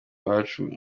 iwacu